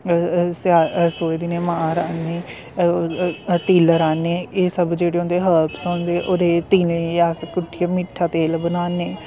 सोहे दिनें मांह् राह्न्ने तिल राह्न्ने एह् जेह्ड़े सब होंदे हर्वस होदे होर तिलें अस कुट्टियै मिट्ठा तेल बनाने